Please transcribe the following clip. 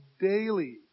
daily